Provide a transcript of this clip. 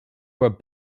where